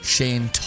Shane